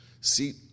see